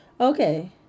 Okay